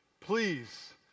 Please